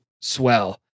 swell